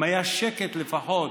אם היה שקט לפחות,